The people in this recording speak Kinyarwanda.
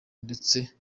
ndetse